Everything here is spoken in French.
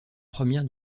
première